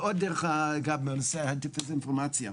בנושא של הדיס אינפורמציה,